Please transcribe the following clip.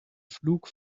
flug